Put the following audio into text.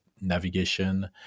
navigation